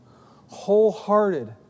wholehearted